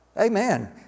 Amen